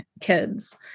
kids